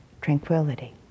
Tranquility